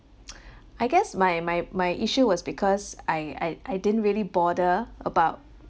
I guess my my my issue was because I I I didn't really bother about